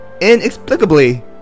inexplicably